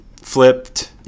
flipped